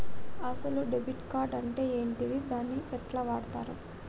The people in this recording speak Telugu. అసలు డెబిట్ కార్డ్ అంటే ఏంటిది? దీన్ని ఎట్ల వాడుతరు?